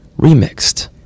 Remixed